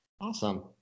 Awesome